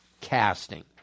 casting